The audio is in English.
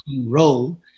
role